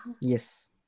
Yes